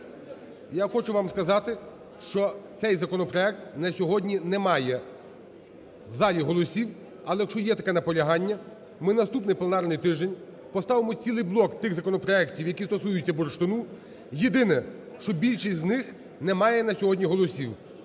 я хочу вам сказати, що цей законопроект на сьогодні не має в залі голосів. Але якщо є таке наполягання, ми наступний пленарний тиждень поставимо цілий блок тих законопроектів, які стосуються бурштину. Єдине, що більшість з них не має на сьогодні голосів.